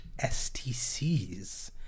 stcs